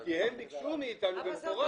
כי הם ביקשו מאתנו במפורש.